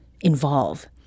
involve